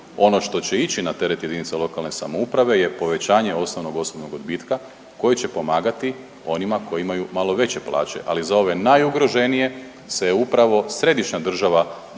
Ono što će ići na teret jedinica lokalne samouprave je povećanje osnovnog osobnog odbitka koji će pomagati onima koji imaju malo veće plaće. Ali za ove najugroženije se upravo središnja država